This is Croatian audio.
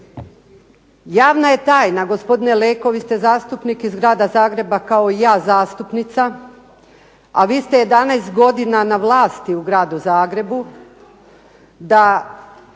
Javna je tajna, gospodine Leko vi ste zastupnik iz Grada Zagreba kao i ja zastupnica, a vi ste 11 godina na vlasti u Gradu Zagrebu da